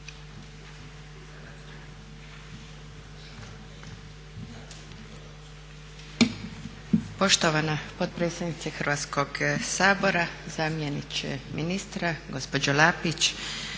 Poštovana potpredsjednice Hrvatskoga sabora, zamjeniče ministra, gospođo Lapić,